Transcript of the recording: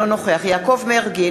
אינו נוכח יעקב מרגי,